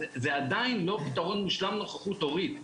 זה עדיין לא פתרון מושלם נוכחות הורית,